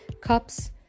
Cups